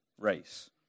race